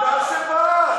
שולי, ברוכים הבאים.